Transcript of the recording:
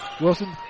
Wilson